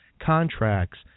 contracts